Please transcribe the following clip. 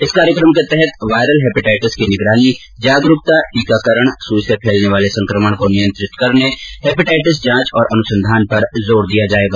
इस कार्यक्रम के तहत वायरल हैपेटाइटिस की निगरानी जागरूकता टीकाकरण सुई से फैलने वाले संक्रमण को नियंत्रित करने हैपेटाइटिस जांच और अनुसंधान पर जोर दिया जाएगा